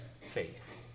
faith